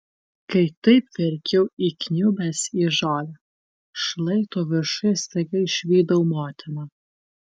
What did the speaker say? kai taip verkiau įkniubęs į žolę šlaito viršuj staiga išvydau motiną